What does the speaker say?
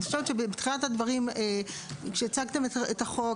בתחילת הדברים כשהצגתם את החוק,